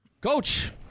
Coach